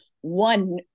one